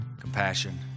compassion